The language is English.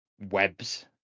webs